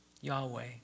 Yahweh